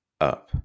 up